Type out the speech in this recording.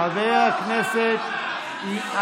חבר הכנסת טיבי.